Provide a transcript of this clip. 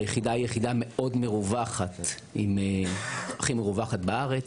היחידה היא יחידה מאוד מרווחת, הכי מרווחת בארץ.